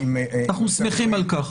אנחנו שמחים על כך.